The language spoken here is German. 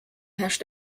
herrscht